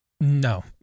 No